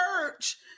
church